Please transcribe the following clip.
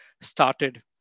started